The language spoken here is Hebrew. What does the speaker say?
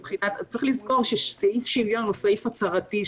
צריך לזכור שסעיף שוויון הוא סעיף הצהרתי,